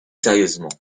sérieusement